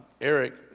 Eric